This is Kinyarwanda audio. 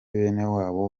benewabo